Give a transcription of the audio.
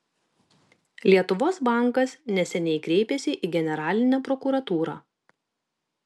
lietuvos bankas neseniai kreipėsi į generalinę prokuratūrą